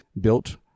built